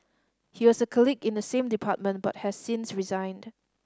he was a colleague in the same department but has since resigned